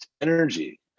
energy